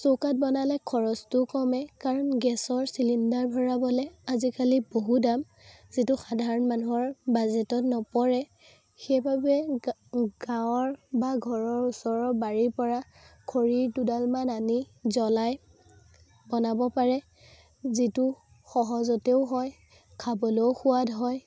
চৌকাত বনালে খৰচটোও কমে কাৰণ গেছৰ চিলিণ্ডাৰ ভৰাবলৈ আজিকালি বহু দাম যিটো সাধাৰণ মানুহৰ বাজেটত নপৰে সেইবাবে গা গাঁৱৰ বা ঘৰৰ ওচৰৰ বাৰীৰ পৰা খৰি দুডালমান আনি জ্বলাই বনাব পাৰে যিটো সহজতেও হয় খাবলৈও সোৱাদ হয়